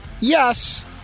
Yes